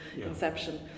inception